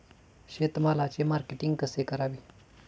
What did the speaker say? शेतमालाचे मार्केटिंग कसे करावे?